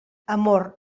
amor